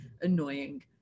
annoying